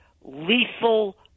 lethal